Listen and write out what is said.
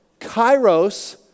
Kairos